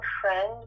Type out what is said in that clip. friend